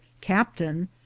captain